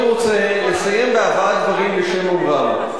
אני רוצה לסיים בהבאת דברים בשם אומרם.